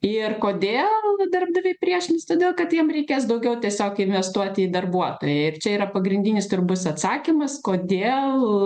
ir kodėl darbdaviai priešinasi todėl kad jiem reikės daugiau tiesiog investuoti į darbuotoją ir čia yra pagrindinis tu ir bus atsakymas kodėl